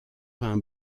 vingt